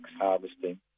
Harvesting